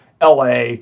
LA